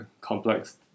complex